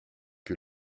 que